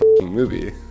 movie